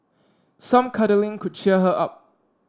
some cuddling could cheer her up